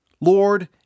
Lord